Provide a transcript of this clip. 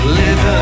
live